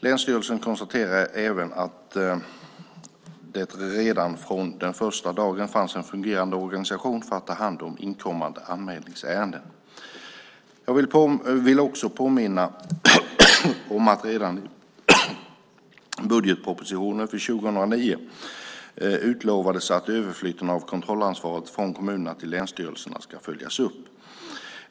Länsstyrelsen konstaterar även att det redan från den första dagen fanns en fungerande organisation för att ta hand om inkommande anmälningsärenden. Jag vill också påminna om att redan i budgetpropositionen för 2009 utlovats att överflytten av kontrollansvaret från kommunerna till länsstyrelserna ska följas upp.